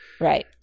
Right